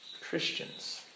Christians